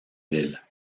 ville